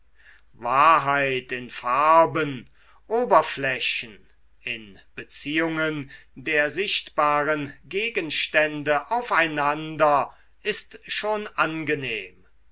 wahrheit in farben oberflächen in beziehungen der sichtbaren gegenstände aufeinander ist schon angenehm